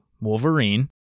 Wolverine